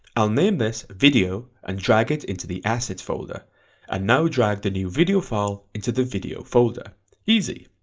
i'll name this video and drag it into the assets folder and now drag the new video file into the video folder, easy!